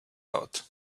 out